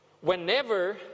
Whenever